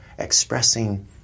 expressing